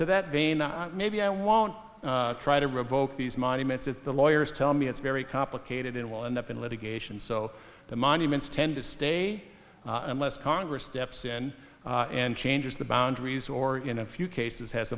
to that vein maybe i won't try to revoke these monuments if the lawyers tell me it's very complicated and will end up in litigation so the monuments tend to stay unless congress steps in and changes the boundaries or in a few cases has